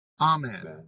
Amen